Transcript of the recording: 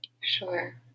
sure